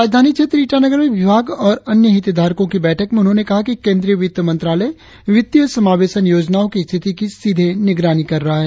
राजधानी क्षेत्र ईटानगर में विभाग और अन्य हितधारको की बैठक में उन्होंने कहा कि केंद्रीय वित्त मंत्रालय वित्तीय समावेशन योजनाओ की स्थिति की सीधे निगरानी कर रहा है